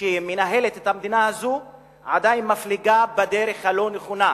שמנהלת המדינה הזאת עדיין מפליגה בדרך הלא-נכונה.